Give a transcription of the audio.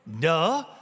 Duh